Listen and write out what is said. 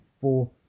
four